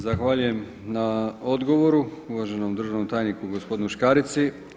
Zahvaljujem na odgovoru uvaženom državnom tajniku gospodinu Škarici.